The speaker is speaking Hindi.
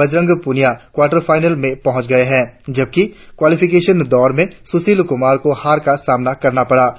बजरंग पुनिया क्वार्टर फाइनल में पहुच गए है जबकि क्वालीफिकेशन दौर में सुशील कुमार को हार का सामना करना पड़ा है